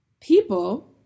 People